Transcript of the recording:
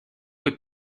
que